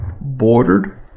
bordered